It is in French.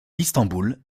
istanbul